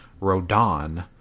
Rodan